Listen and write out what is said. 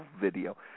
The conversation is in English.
video